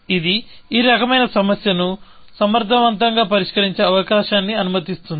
ఇది ఈ రకమైన సమస్యను సమర్థవంతంగా పరిష్కరించే అవకాశాన్ని అనుమతిస్తుంది